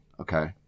okay